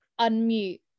unmute